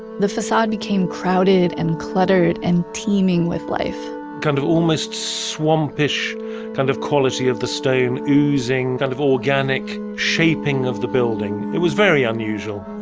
the facade became crowded and cluttered and teeming with life kind of almost swampish kind of quality of the stone oozing kind of organic shaping of the building, it was very unusual,